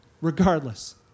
regardless